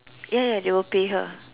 ya ya they will pay her